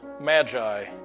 magi